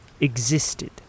existed